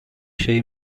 şey